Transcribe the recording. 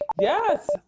Yes